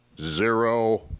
Zero